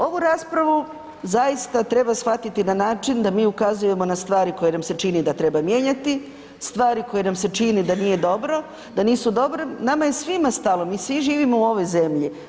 Ovu raspravu zaista treba shvatiti na način da mi ukazujemo na stvari koje nam se čini da treba mijenjati, stvari koje nam se čini da nije dobro, da nisu dobre, nama je svima stalno, mi svi živimo u ovoj zemlji.